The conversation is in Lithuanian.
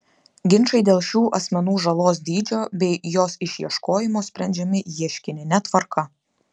ginčai dėl šių asmenų žalos dydžio bei jos išieškojimo sprendžiami ieškinine tvarka